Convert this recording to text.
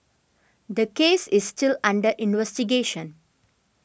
the case is still under investigation